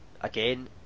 again